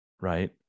right